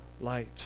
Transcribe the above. light